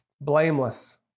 Blameless